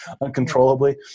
uncontrollably